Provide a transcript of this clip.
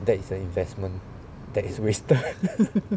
that is an investment that is wasted